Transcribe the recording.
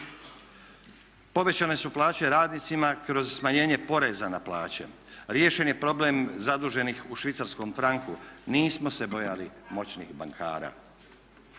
povećane su plaće radnicima kroz smanjenje poreza na plaće, riješen je problem zaduženih u švicarskom franku. Nismo se bojali moćnih bankara.